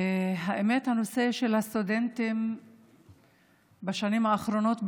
האמת היא שהנושא של הסטודנטים בשנים האחרונות,